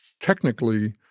technically